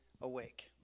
awake